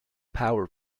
power